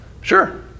Sure